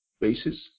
bases